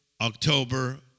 October